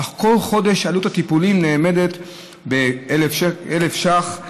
אך כל חודש עלות הטיפולים נאמדת ב-1,000 שקלים.